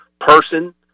person